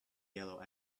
yellow